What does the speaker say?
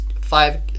five